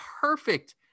perfect